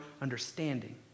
understanding